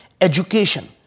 Education